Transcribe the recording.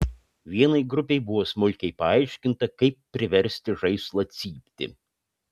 vienai grupei buvo smulkiai paaiškinta kaip priversti žaislą cypti